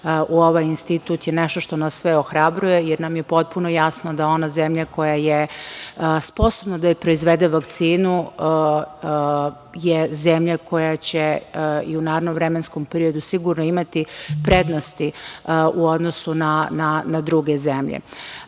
u ovaj institut je nešto što nas sve ohrabruje, jer nam je potpuno jasno da ona zemlja koja je sposobna da proizvede vakcinu je zemlja koja će i u narednom vremenskom periodu sigurno imati prednosti u odnosu na druge zemlje. Što